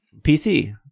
PC